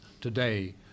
today